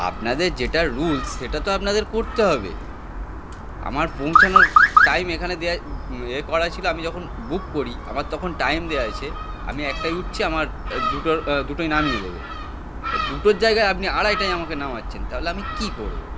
আপনাদের যেটা রুল সেটা তো আপনাদের করতে হবে আমার পৌঁছানোর টাইম এখানে দেওয়া এ করা ছিল আমি যখন বুক করি আমার তখন টাইম দেওয়া আছে আমি একটায় উঠছি আমার দুটোর দুটোয় নামিয়ে দেবে দুটোর জায়গায় আপনি আড়াইটায় আমাকে নামাচ্ছেন তাহলে আমি কী করব